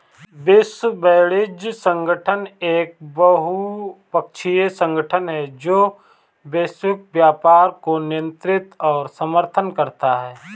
विश्व वाणिज्य संगठन एक बहुपक्षीय संगठन है जो वैश्विक व्यापार को नियंत्रित और समर्थन करता है